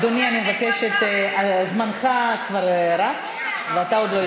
אדוני, אני מבקשת, זמנך כבר רץ ואתה עוד לא התחלת.